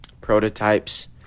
prototypes